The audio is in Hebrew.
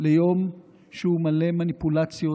ליום שהוא מלא מניפולציות.